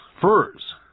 furs